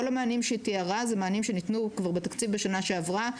כל המענים שהיא תיארה הם מענים שניתנו כבר בתקציב בשנה שעברה.